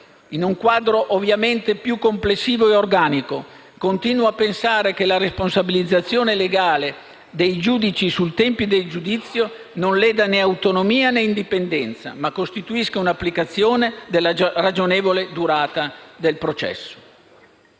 In un quadro ovviamente più complessivo e organico continuo a pensare che la responsabilizzazione legale dei giudici sui tempi del giudizio non leda né autonomia né indipendenza, ma costituisca un'applicazione della ragionevole durata del processo.